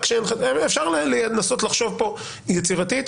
אפשר לנסות לחשוב כאן יצירתית.